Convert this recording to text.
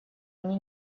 они